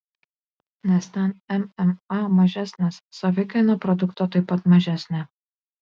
nes ten mma mažesnis savikaina produkto taip pat mažesnė